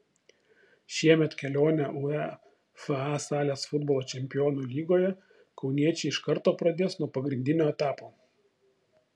šiemet kelionę uefa salės futbolo čempionų lygoje kauniečiai iš karto pradės nuo pagrindinio etapo